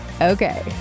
Okay